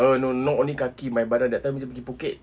uh no not only kaki my badan that time bila pergi phuket